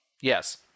Yes